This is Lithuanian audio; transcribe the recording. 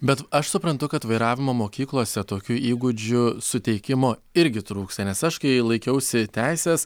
bet aš suprantu kad vairavimo mokyklose tokių įgūdžių suteikimo irgi trūksta nes aš kai laikiausi teises